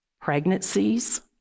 pregnancies